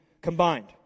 combined